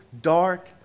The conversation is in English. dark